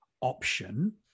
option